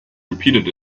repeated